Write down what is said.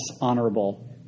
honorable